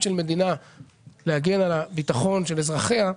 של מדינה להגן על ביטחון של אזרחיה,